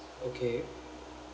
okay